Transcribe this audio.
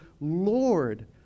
Lord